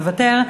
מוותר.